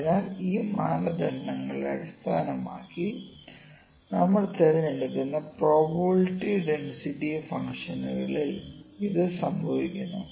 അതിനാൽ ഈ മാനദണ്ഡങ്ങളെ അടിസ്ഥാനമാക്കി നമ്മൾ തിരഞ്ഞെടുക്കുന്ന പ്രോബബിലിറ്റി ഡെൻസിറ്റി ഫംഗ്ഷനുകളിൽ ഇത് സംഭവിക്കുന്നു